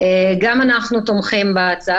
שאנחנו תומכים בבסיס